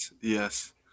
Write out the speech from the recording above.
Yes